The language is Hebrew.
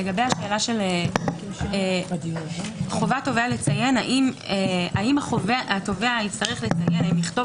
לגבי חובת תובע לציין האם התובע יצטרך לכתוב